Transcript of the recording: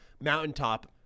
Mountaintop